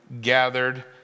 gathered